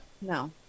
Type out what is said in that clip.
No